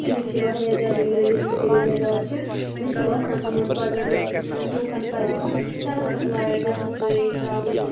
ییٚتہِ چھِ واریاہ زیادٕ یِم گریٚجویشَن کٔرِتھ بےٚ کار چھِ مےٚ چھِ باسان یِمَن پَزَن لُکَن پَزِ وۄنۍ سیٚلف ایٚمپلایِڈ بِزنِسٕے ییٚتہِ تراوٕنۍ